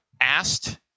asked